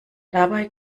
dabei